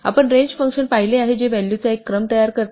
आपण range function पाहिले आहे जे व्हॅलूचा एक क्रम तयार करते